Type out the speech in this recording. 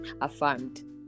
affirmed